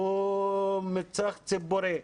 הוא ציבורי.